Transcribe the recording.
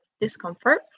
discomfort